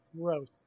gross